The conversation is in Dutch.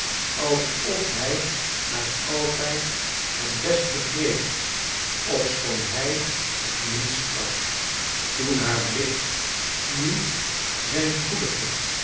alsof hij haar altijd het best begreep ofschoon hij het minst sprak toen haar blik nu zijn goedige